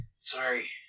Sorry